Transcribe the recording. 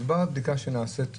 מדובר על בדיקה שנעשית בנתב"ג,